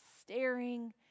staring